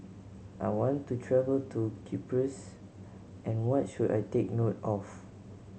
I want to travel to Cyprus and what should I take note of